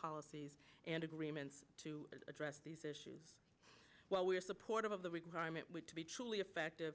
policies and agreements to address these issues while we are supportive of the requirement to be truly effective